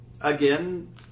again